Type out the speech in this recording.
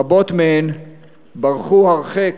רבות מהן ברחו הרחק